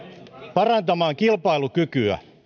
parantamaan kilpailukykyä